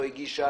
לא הגישה,